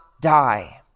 die